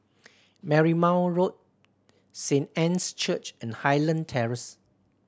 Marymount Road Saint Anne's Church and Highland Terrace